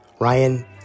Ryan